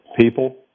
people